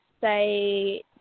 say